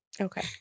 Okay